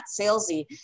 salesy